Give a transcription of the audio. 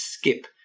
skip